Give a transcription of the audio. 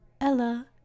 Ella